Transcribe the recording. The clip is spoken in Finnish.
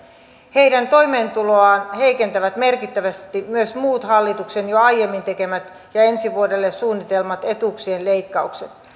heidän toimeentuloaan heikentävät merkittävästi myös muut hallituksen jo aiemmin tekemät ja ensi vuodelle suunnittelemat etuuksien leikkaukset